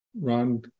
Ron